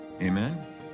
Amen